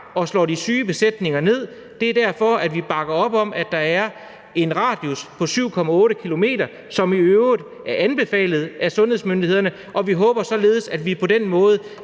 og slår de syge besætninger ned; det er derfor, vi bakker op om, at der er en radius på 7,8 km, som i øvrigt er anbefalet af sundhedsmyndighederne. Vi håber således, at vi på den måde